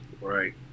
Right